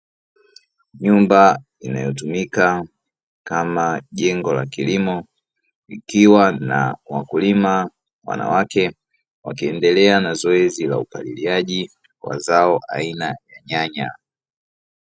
Nyumba inayotumika kama jengo la kilimo ikiwa na wakulima wanawake, wakiendelea na zoezi la upaliliaji wa zao aina ya nyanya.